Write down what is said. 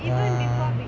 ya